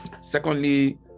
secondly